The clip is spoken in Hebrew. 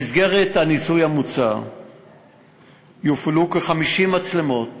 במסגרת הניסוי המוצע יופעלו כ-50 מצלמות